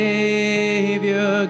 Savior